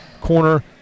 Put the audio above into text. Corner